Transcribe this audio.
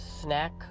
snack